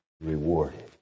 rewarded